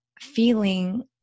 feeling